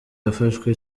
yafashwe